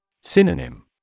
Synonym